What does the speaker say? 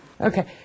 Okay